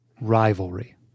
rivalry